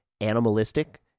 animalistic